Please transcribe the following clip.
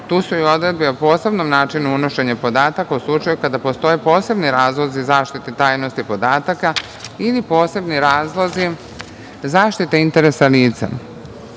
tu su i odredbe o posebnom načinu unošenja podataka u slučaju kada postoje posebni razlozi zaštite tajnosti podataka ili posebni razlozi zaštite interesa